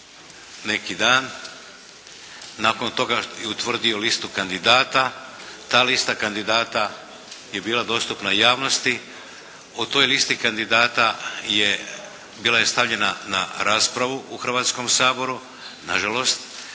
neki dan. Nakon toga je utvrdio listu kandidata. Ta lista kandidata je bila dostupna javnosti. U toj listi kandidata je, bila je stavljena na raspravu u Hrvatskom saboru, nažalost